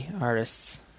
artists